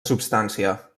substància